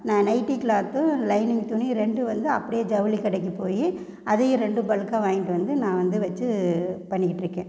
நான் நைட்டி க்ளாத்தும் லைனிங் துணியும் ரெண்டும் வந்து அப்டே ஜவுளிக்கடைக்கு போய் அதையும் ரெண்டு பல்க்காக வாங்கிகிட்டு வந்து நான் வந்து வச்சு பண்ணிக்கிட்டுருக்கேன்